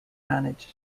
manage